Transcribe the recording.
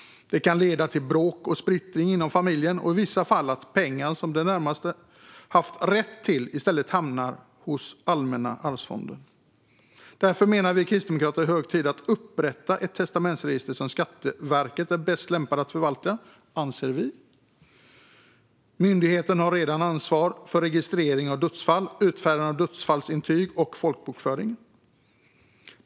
Det kan leda till bråk och splittring inom familjen och i vissa fall till att pengarna som de närmaste haft rätt till i stället hamnar hos Allmänna arvsfonden. Därför menar vi kristdemokrater att det är hög tid att upprätta ett testamentsregister. Vi anser att Skatteverket är bäst lämpat att förvalta ett sådant. Myndigheten har redan ansvar för registrering av dödsfall, utfärdande av dödsfallsintyg och folkbokföring.